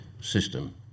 system